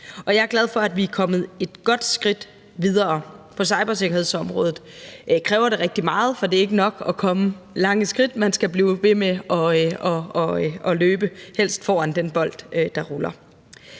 Jeg er glad for, at vi er kommet et godt skridt videre på cybersikkerhedsområdet. Det kræver rigtig meget, for det er ikke nok at tage lange skridt, man skal blive ved med at løbe – helst foran den bold, der ruller.